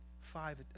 five